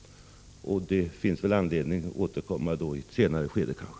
Det finns väl då anledning att återkomma i ett senare skede.